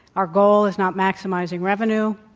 our goal is not maximizing revenue,